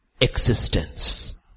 existence